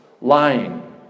Lying